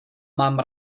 mám